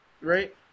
Right